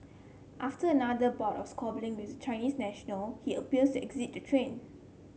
after another bout of squabbling with Chinese national he appears exit the train